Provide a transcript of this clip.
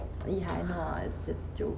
ya I know it was just a joke